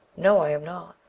no i am not.